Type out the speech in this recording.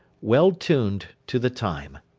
well-tuned to the time.